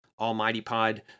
AlmightyPod